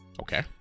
Okay